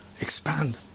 expand